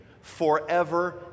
forever